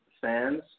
fans